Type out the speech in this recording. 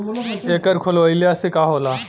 एकर खोलवाइले से का होला?